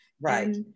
Right